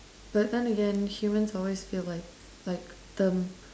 but then again humans always feel like like the